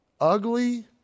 ugly